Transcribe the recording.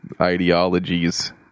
ideologies